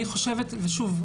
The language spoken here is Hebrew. שוב,